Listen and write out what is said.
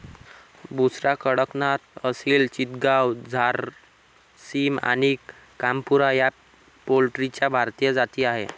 बुसरा, कडकनाथ, असिल चितगाव, झारसिम आणि कामरूपा या पोल्ट्रीच्या भारतीय जाती आहेत